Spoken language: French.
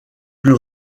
plus